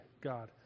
God